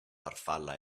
farfalla